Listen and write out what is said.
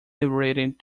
liberated